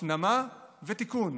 הפנמה ותיקון,